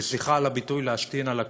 וסליחה על הביטוי, ולהשתין על הכול.